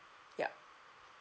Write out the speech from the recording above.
yup